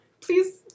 please